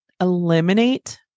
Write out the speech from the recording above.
eliminate